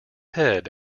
head